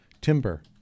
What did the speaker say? Timber